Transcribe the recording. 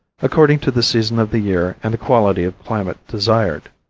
according to the season of the year and the quality of climate desired.